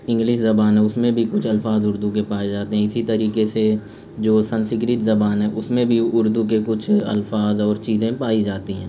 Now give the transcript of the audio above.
English زبان ہے اس میں بھی کچھ الفاظ اردو کے پائے جاتے ہیں اسی طریقے سے جو سنسکرت زبان ہے اس میں بھی اردو کے کچھ الفاظ اور چیزیں پائی جاتی ہیں